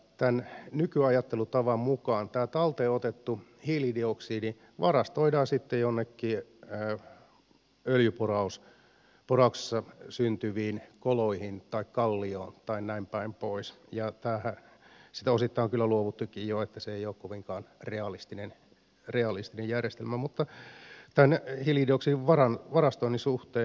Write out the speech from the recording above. tämän nykyajattelutavan mukaan tämä talteen otettu hiilidioksidi varastoidaan sitten joihinkin öljynporauksessa syntyviin koloihin tai kallioon tai näinpäin pois siitä on osittain kyllä jo luovuttukin se ei ole kovinkaan realistinen järjestelmä tämän hiilidioksidin varastoinnin suhteen